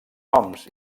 noms